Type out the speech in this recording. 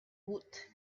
woot